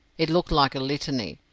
it looked like a litany,